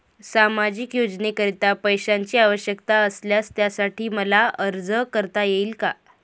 सामाजिक योजनेकरीता पैशांची आवश्यकता असल्यास त्यासाठी मला अर्ज करता येईल का?